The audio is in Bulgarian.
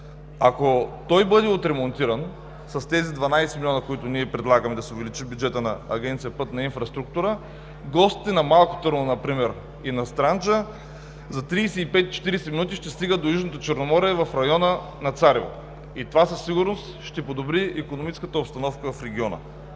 Ако той бъде отремонтиран с тези 12 милиона, които ние предлагаме да се увеличи бюджетът на Агенция „Пътна инфраструктура“, гостите на Малко Търново например и на Странджа за 35 40 минути ще стигат до Южното Черноморие в района на Царево и това със сигурност ще подобри икономическата обстановка в региона.